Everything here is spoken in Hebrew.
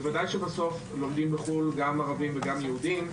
בוודאי שבסוף לומדים בחו"ל גם ערבים וגם יהודים.